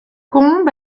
combe